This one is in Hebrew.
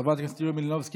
חברת הכנסת יוליה מלינובסקי,